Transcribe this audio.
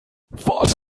was